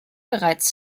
bereits